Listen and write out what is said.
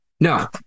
No